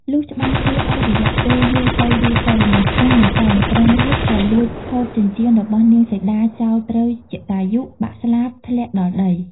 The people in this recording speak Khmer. លុះច្បាំងគ្នាអស់រយៈពេលយូរទៅៗមិនឈ្នះ មិនចាញ់ ក្រុងរាពណ៍ក៏លួចហូតចិញ្ចៀនរបស់នាងសីតា ចោលត្រូវជតាយុបាក់ស្លាបធ្លាក់ដល់ ដី។